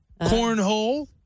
Cornhole